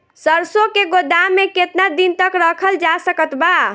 सरसों के गोदाम में केतना दिन तक रखल जा सकत बा?